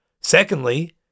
Secondly